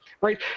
right